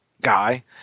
guy